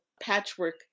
patchwork